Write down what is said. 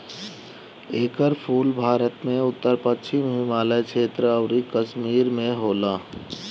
एकर फूल भारत में उत्तर पश्चिम हिमालय क्षेत्र अउरी कश्मीर में होला